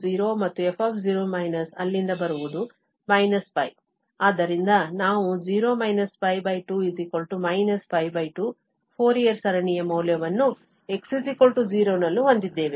f0 0 ಮತ್ತು f0− ಅಲ್ಲಿಂದ ಬರುವುದು π ಆದ್ದರಿಂದ ನಾವು 0 2 2 ಫೋರಿಯರ್ ಸರಣಿಯ ಮೌಲ್ಯವನ್ನು x 0 ನಲ್ಲಿ ಹೊಂದಿದ್ದೇವೆ